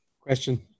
question